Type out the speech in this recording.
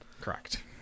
Correct